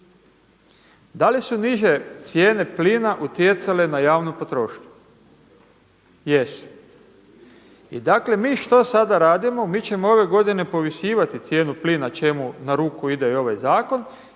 Da li su niže cijene plina utjecale na javnu potrošnju? Jesu. I dakle mi što sada radimo, mi ćemo ove godine povisivati cijenu plina čemu na ruku ide i ovaj zakon